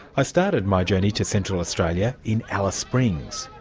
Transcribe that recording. i started my journey to central australia in alice springs.